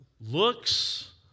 looks